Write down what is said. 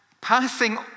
passing